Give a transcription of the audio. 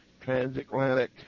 transatlantic